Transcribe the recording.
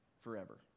forever